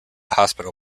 hospital